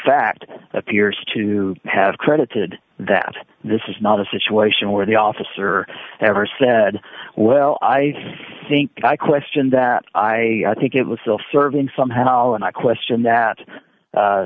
fact appears to have credited that this is not a situation where the officer ever said well i think i question that i think it was self serving somehow and i question that